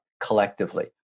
collectively